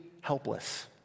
helpless